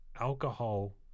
alcohol